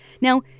Now